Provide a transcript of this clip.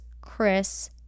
Chris